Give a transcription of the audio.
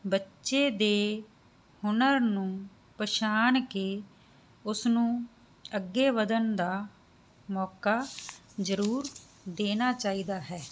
ਬੱਚੇ ਦੇ ਹੁਨਰ ਨੂੰ ਪਛਾਣ ਕੇ ਉਸ ਨੂੰ ਅੱਗੇ ਵਧਣ ਦਾ ਮੌਕਾ ਜਰੂਰ ਦੇਨਾ ਚਾਹੀਦਾ ਹੈ